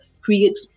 create